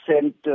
sent